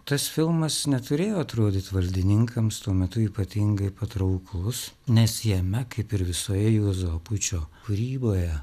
tas filmas neturėjo atrodyti valdininkams tuo metu ypatingai patrauklus nes jame kaip ir visoje juozo apučio kūryboje